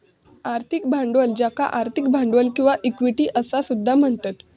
आर्थिक भांडवल ज्याका आर्थिक भांडवल किंवा इक्विटी असा सुद्धा म्हणतत